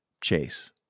Chase